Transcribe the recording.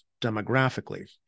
demographically